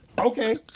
okay